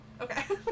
Okay